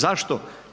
Zašto?